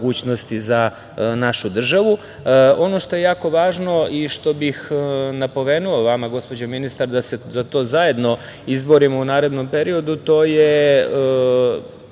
za našu državu. Ono što je jako važno i što bih napomenuo, vama gospođo ministar, da se za to zajedno izborimo u narednom periodu, to su